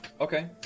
okay